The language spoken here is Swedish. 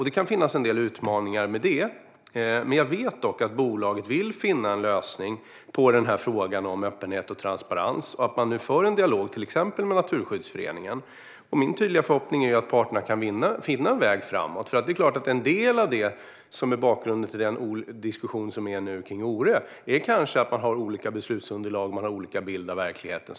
Det kan finnas en del utmaningar i det, men jag vet att bolaget vill finna en lösning på frågan om öppenhet och transparens och att man nu för en dialog med till exempel Naturskyddsföreningen. Min förhoppning är att parterna ska finna en väg framåt. En del av bakgrunden till den diskussion som nu förs om Ore är kanske att man har olika beslutsunderlag och olika bilder av verkligheten.